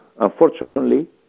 Unfortunately